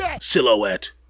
silhouette